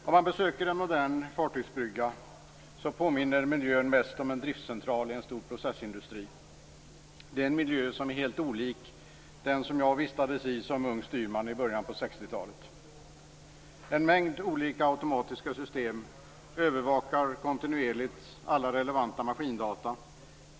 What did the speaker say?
Fru talman! Om man besöker en modern fartygsbrygga påminner miljön mest om en driftscentral vid en stor processindustri. Det är en miljö som är helt olik den jag vistades i som ung styrman i början av En mängd olika automatiska system övervakar kontinuerligt alla relevanta maskindata.